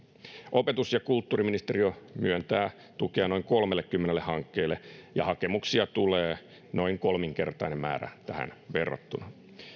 opetus ja kulttuuriministeriö myöntää tukea noin kolmellekymmenelle hankkeelle ja hakemuksia tulee noin kolminkertainen määrä tähän verrattuna